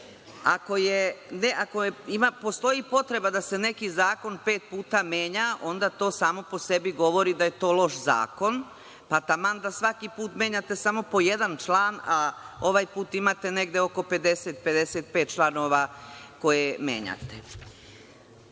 Ako postoji potreba da se neki zakon pet puta menja onda to samo po sebi govori da je to loš zakon, pa taman da svaki put menjate samo po jedan član, a ovaj put imate negde oko 50, 55 članova koje menjate. Vi